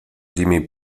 jimmy